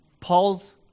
Paul's